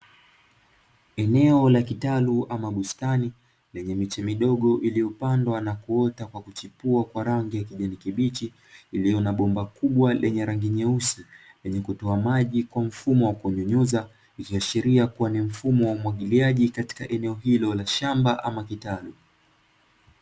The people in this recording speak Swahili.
Eneo la kitalu ama bustani lenye miche midogo iliyopandwa na kuota kwa kuchipua kwa rangi ya kijani kibichi, iliyo na bomba kubwa lenye rangi nyeusi lenye kutoa maji kwa mfumo wa kunyunyiza, ikiashiria kuwa ni mfumo wa umwagiliaji katika eneo hilo la shamba ama kitalu.